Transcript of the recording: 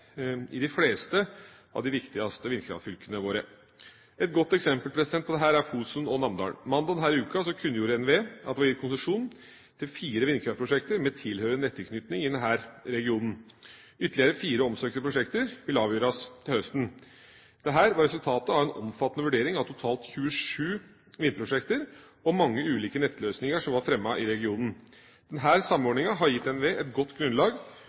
i de fleste av de viktigste vindkraftfylkene våre. Et godt eksempel på dette er Fosen og Namdalen. Mandag denne uka kunngjorde NVE at det var gitt konsesjon til fire vindkraftprosjekter med tilhørende nettilknytning i denne regionen. Ytterligere fire omsøkte prosjekter vil avgjøres til høsten. Dette var resultatet av en omfattende vurdering av totalt 27 vindprosjekter og mange ulike nettløsninger som var fremmet i regionen. Denne samordninga har gitt NVE et godt grunnlag